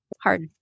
hard